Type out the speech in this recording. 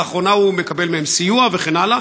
לאחרונה הוא מקבל מהם סיוע, וכן הלאה.